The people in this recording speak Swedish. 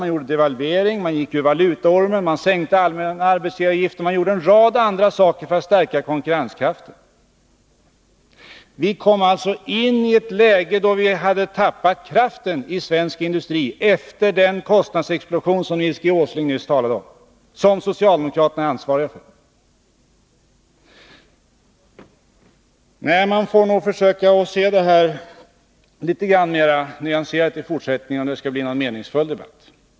Jag avser devalveringen, det faktum att vi lämnade valutaormen, sänkningen av den allmänna arbetsgivaravgiften och en rad andra åtgärder som syftade till att stärka konkurrenskraften. Vi hamnade således i ett läge där svensk ekonomi tappade kraften. Det var efter den kostnadsexplosion som Nils G. Åsling nyss talade om och som socialdemokraterna är ansvariga för. Nej, man får nog försöka se på dessa frågor litet mera nyanserat i fortsättningen, om det skall bli en meningsfull debatt.